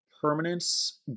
permanence